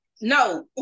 No